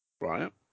Right